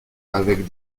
avec